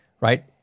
right